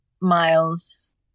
miles